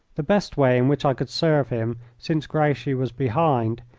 the best way in which i could serve him, since grouchy was behind,